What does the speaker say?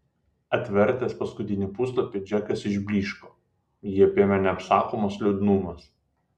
atvertęs paskutinį puslapį džekas išblyško jį apėmė neapsakomas liūdnumas